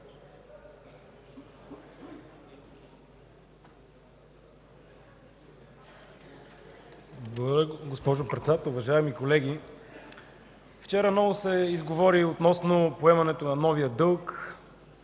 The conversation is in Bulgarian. Благодаря, госпожо Председател. Уважаеми колеги, вчера много се изговори относно поемането на новия дълг